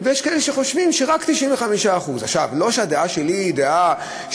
ויש כאלה שחושבים שרק 95%. לא שהדעה שלי היא לבד,